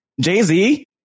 Jay-Z